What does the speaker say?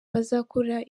bazakora